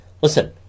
Listen